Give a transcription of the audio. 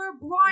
blonde